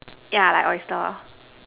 yeah like oyster